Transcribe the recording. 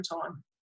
time